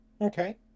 Okay